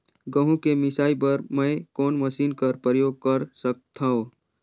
गहूं के मिसाई बर मै कोन मशीन कर प्रयोग कर सकधव?